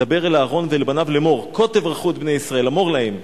דבר אל אהרן ואל בניו לאמור,